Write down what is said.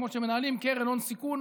כמו שמנהלים קרן הון סיכון,